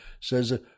says